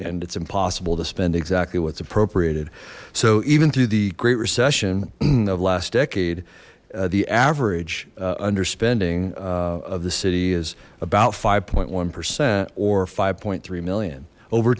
and it's impossible to spend exactly what's appropriated so even through the great recession of last decade the average under spending of the city is about five point one percent or five point three million over